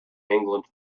england